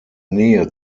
nähe